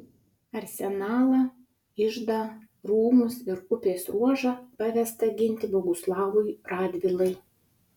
arsenalą iždą rūmus ir upės ruožą pavesta ginti boguslavui radvilai